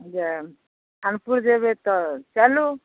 जे खानपुर जेबै तऽ चलू